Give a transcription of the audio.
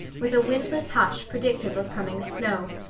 with a windless hush predictive of coming snow.